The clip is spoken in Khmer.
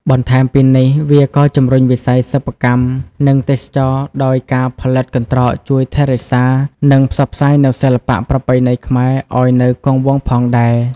បន្ថែមពីនេះ វាក៏ជំរុញវិស័យសិប្បកម្ម និងទេសចរណ៍ ដោយការផលិតកន្ត្រកជួយថែរក្សា និងផ្សព្វផ្សាយនូវសិល្បៈប្រពៃណីខ្មែរឲ្យនៅគង់វង្សផងដែរ។